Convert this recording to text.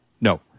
no